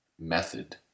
method